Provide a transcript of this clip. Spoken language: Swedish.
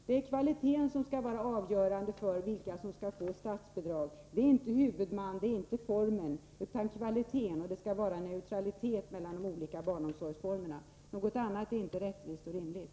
Det är kvaliteten som skall vara avgörande för vilka som skall få statsbidrag — inte huvudmannen och formen, utan kvaliteten. Det skall också vara neutralitet mellan de olika barnomsorgsformerna. Något annat är inte rättvist och rimligt.